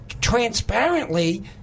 transparently